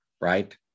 right